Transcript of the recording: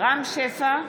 רם שפע,